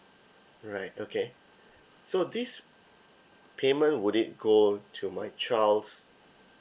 right okay so this payment would it go to my child's